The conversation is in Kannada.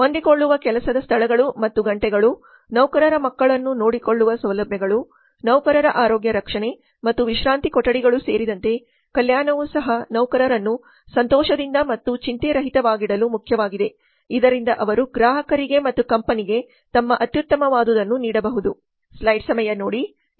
ಹೊಂದಿಕೊಳ್ಳುವ ಕೆಲಸದ ಸ್ಥಳಗಳು ಮತ್ತು ಗಂಟೆಗಳು ನೌಕರರ ಮಕ್ಕಳನ್ನು ನೋಡಿಕೊಳ್ಳುವ ಸೌಲಭ್ಯಗಳು ನೌಕರರ ಆರೋಗ್ಯ ರಕ್ಷಣೆ ಮತ್ತು ವಿಶ್ರಾಂತಿ ಕೊಠಡಿಗಳು ಸೇರಿದಂತೆ ಕಲ್ಯಾಣವು ಸಹ ನೌಕರರನ್ನು ಸಂತೋಷದಿಂದ ಮತ್ತು ಚಿಂತೆರಹಿತವಾಗಿಡಲು ಮುಖ್ಯವಾಗಿದೆ ಇದರಿಂದ ಅವರು ಗ್ರಾಹಕರಿಗೆ ಮತ್ತು ಕಂಪನಿಗೆ ತಮ್ಮ ಅತ್ಯುತ್ತಮವಾದದನ್ನು ನೀಡಬಹುದು